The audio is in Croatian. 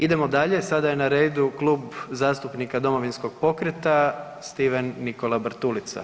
Idemo dalje, sada je na redu Klub zastupnika Domovinskog pokreta Stephen Nikola Bartulica.